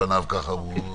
כן.